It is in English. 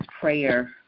prayer